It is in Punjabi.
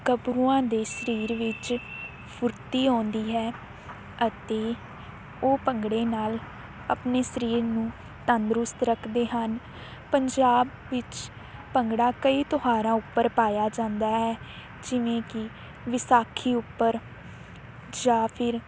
ਗੱਭਰੂਆਂ ਦੇ ਸਰੀਰ ਵਿੱਚ ਫੁਰਤੀ ਆਉਂਦੀ ਹੈ ਅਤੇ ਉਹ ਭੰਗੜੇ ਨਾਲ ਆਪਣੇ ਸਰੀਰ ਨੂੰ ਤੰਦਰੁਸਤ ਰੱਖਦੇ ਹਨ ਪੰਜਾਬ ਵਿੱਚ ਭੰਗੜਾ ਕਈ ਤਿਉਹਾਰਾਂ ਉੱਪਰ ਪਾਇਆ ਜਾਂਦਾ ਹੈ ਜਿਵੇਂ ਕਿ ਵਿਸਾਖੀ ਉੱਪਰ ਜਾਂ ਫਿਰ